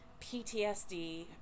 PTSD